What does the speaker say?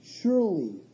surely